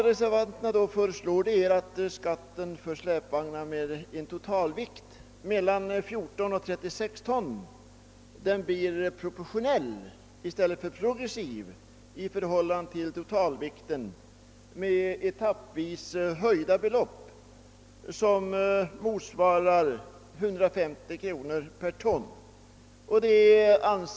Reservanternas förslag innebär att skatten för släpvagnar med en totalvikt mellan 14 och 36 ton skall bli proportionell i stället för progressiv i förhållande till totalvikten och att den skall utgå med etappvis höjda belopp som motsvarar 150 kronor per ton.